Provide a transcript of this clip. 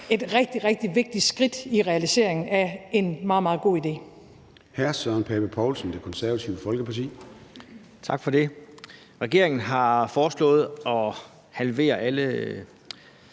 et rigtig, rigtig vigtigt skridt i realiseringen af en meget, meget god idé.